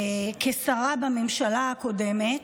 כשרה בממשלה הקודמת.